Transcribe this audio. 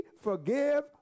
forgive